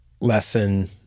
lesson